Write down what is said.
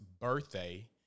birthday